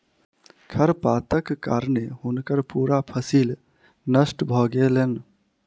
खरपातक कारणें हुनकर पूरा फसिल नष्ट भ गेलैन